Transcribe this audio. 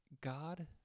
God